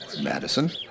Madison